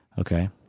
Okay